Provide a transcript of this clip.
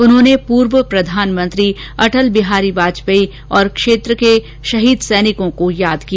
उन्होंने पूर्व प्रधानमंत्री अटल बिहारी वाजपेयी और शेरगढ़ क्षेत्र के शहीद सैनिकों को याद किया